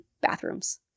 bathrooms